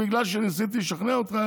אם הוא רוצה שהחזון הזה יתממש,